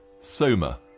Soma